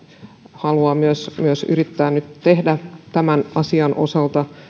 haluaa myös myös yrittää nyt tehdä tämän asian osalta sen